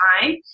time